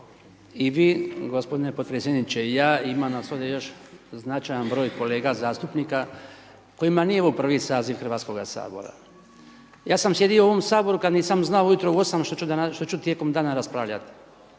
I vi gospodine potpredsjedniče i ja, ima nas ovdje još značajan broj kolega zastupnika kojima nije ovo prvi saziv Hrvatskoga sabora. Ja sam sjedio u ovom Saboru kada nisam znao ujutro u 8 što ću tijekom dana raspravljati,